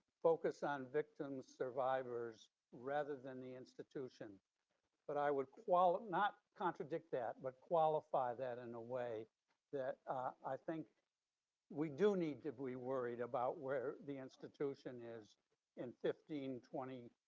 focus on victims survivors rather than the institution but i would quali. not contradict that, but qualify that in a way that i think we do need to be worried about where the institution is in fifteen, twenty,